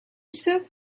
serve